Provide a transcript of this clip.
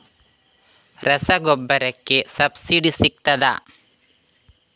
ರಸಗೊಬ್ಬರಕ್ಕೆ ಸಬ್ಸಿಡಿ ಸಿಗ್ತದಾ?